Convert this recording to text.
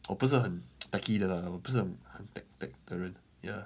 我不是很 turkey de la 了我不是 contacted the ya